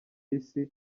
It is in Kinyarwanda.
isi